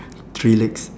three legs